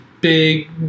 big